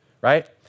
right